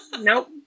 Nope